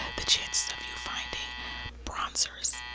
the chances of you finding bronzers,